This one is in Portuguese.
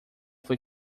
foi